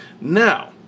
Now